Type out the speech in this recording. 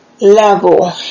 level